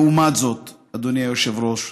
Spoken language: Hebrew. לעומת זאת, אדוני היושב-ראש,